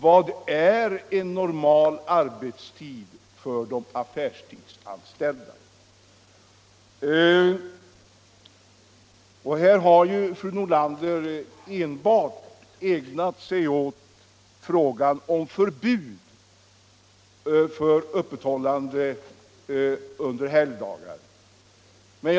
Vad är normal affärstid för de affärsanställda? Fru Nordlander har enbart tagit upp frågan om förbud mot öppethållande under sönoch helgdagar.